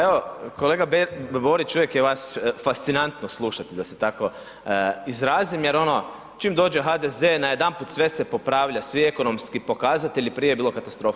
Evo, kolega Borić, uvijek je vas fascinantno slušati da se tako izrazim jer ono čim dođe HDZ najedanput sve se popravlja, svi ekonomski pokazatelji, prije je bilo katastrofa.